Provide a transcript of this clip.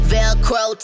Velcro